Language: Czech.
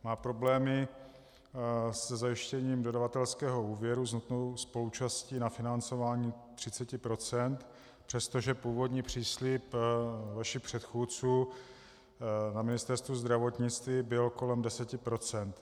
Má problémy se zajištěním dodavatelského úvěru s nutnou spoluúčastí na financování 30 %, přestože původní příslib vašich předchůdců na Ministerstvu zdravotnictví byl kolem 10 %.